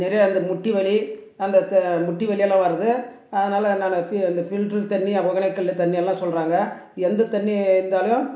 நிறைய இந்த முட்டி வலி அந்த த முட்டி வலி எல்லாம் வருது அதனால் நான் ஃபி இந்த ஃபில்ட்ரு தண்ணி அப்புறம் தண்ணியெல்லாம் சொல்கிறாங்க எந்தத் தண்ணி இருந்தாலும்